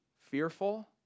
fearful